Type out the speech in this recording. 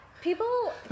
People